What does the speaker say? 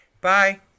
Bye